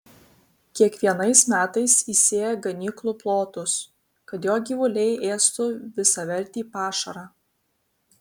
kiekvienais metais įsėja ganyklų plotus kad jo gyvuliai ėstų visavertį pašarą